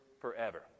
forever